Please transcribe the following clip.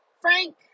Frank